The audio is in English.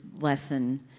lesson